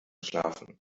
schlafen